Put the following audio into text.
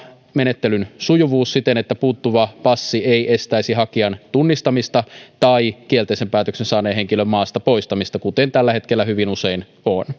menettelyn sujuvuus siten että puuttuva passi ei estäisi hakijan tunnistamista tai kielteisen päätöksen saaneen henkilön maasta poistamista kuten tällä hetkellä hyvin usein on